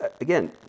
again